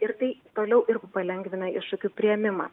ir tai toliau ir palengvina iššūkių priėmimą